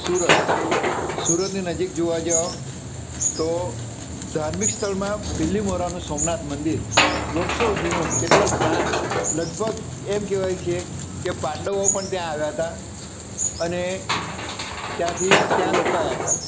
સુરત સુરતની નજીક જોવા જાઓ તો ધાર્મિક સ્થળમાં બિલીમોરાનું સોમનાથ મંદિર વર્ષો જૂનું કેટલાક જ્યાં લગભગ એમ કહેવાય છે કે પાંડવો પણ ત્યાં આવ્યા હતા અને ત્યાંથી ત્યાં રોકાયા હતા